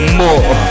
more